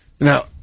Now